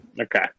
Okay